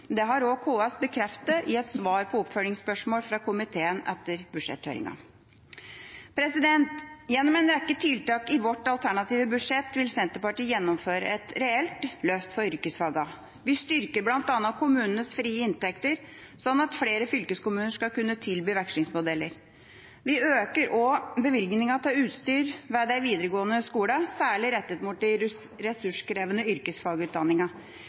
Det har også KS bekreftet i svar på oppfølgingsspørsmål fra komiteen etter budsjetthøringa. Gjennom en rekke tiltak i vårt alternative budsjett vil Senterpartiet gjennomføre et reelt løft for yrkesfagene. Vi styrker bl.a. kommunenes frie inntekter, slik at flere fylkeskommuner skal kunne tilby vekslingsmodeller. Vi øker også bevilgninga til utstyr ved de videregående skolene, særlig rettet mot de ressurskrevende